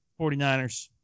49ers